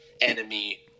enemy